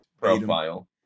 profile